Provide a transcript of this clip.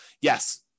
yes